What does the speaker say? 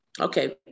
Okay